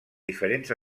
diferents